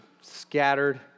scattered